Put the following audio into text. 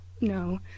No